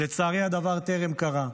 ולצערי, הדבר טרם קרה.